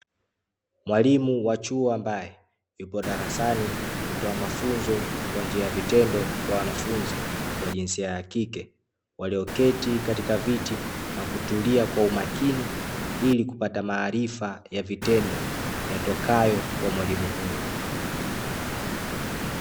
Mwalimu wa chuo ambaye yupo darasani kutoa mafunzo kwa njia ya vitendo kwa wanafunzi wa jinsia ya kike, walioketi katika viti na kutulia kwa umakini, ili kupata maarifa ya vitendo yatokayo kwa mwalimu huyo.